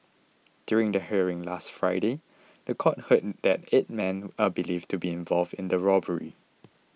during the hearing last Friday the court heard that eight men are believed to be involved in the robbery